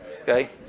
Okay